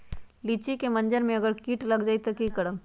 लिचि क मजर म अगर किट लग जाई त की करब?